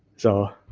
so,